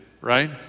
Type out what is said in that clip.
right